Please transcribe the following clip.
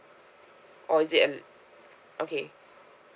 or is it uh okay